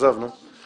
המפקד העליון.